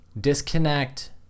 disconnect